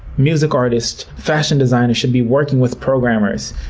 music artists, fashion designers should be working with programmers.